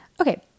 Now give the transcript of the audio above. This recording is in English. Okay